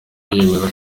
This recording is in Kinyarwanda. yemeza